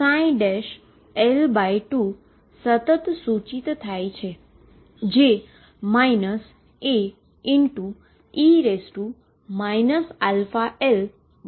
અને L2 સતત સૂચિત થાય છે જે A e αL2C βcos βL2 આપે છે